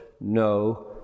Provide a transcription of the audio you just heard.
no